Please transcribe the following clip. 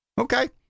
Okay